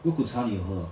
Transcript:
肉骨茶你有喝 hor